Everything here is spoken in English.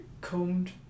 combed